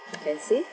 can see